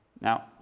Now